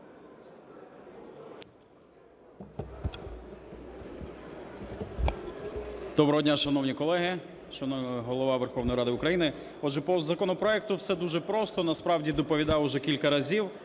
Доброго дня, шановні колеги, шановний Голова Верховної Ради України! Отже, по законопроекту вже дуже просто, насправді я доповідав уже кілька разів,